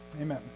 Amen